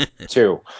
two